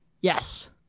Yes